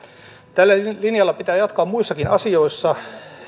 tällä linjalla pitää jatkaa muissakin asioissa